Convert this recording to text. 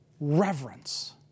reverence